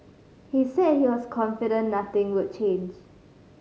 he said he was confident nothing would change